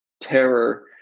terror